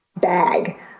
bag